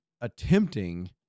attempting